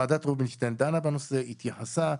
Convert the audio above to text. ועדת רובינשטיין דנה בנושא והתייחסה לזה.